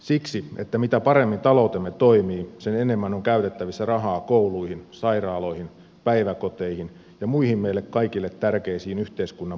siksi että mitä paremmin taloutemme toimii sen enemmän on käytettävissä rahaa kouluihin sairaaloihin päiväkoteihin ja muihin meille kaikille tärkeisiin yhteiskunnan palveluihin